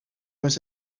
was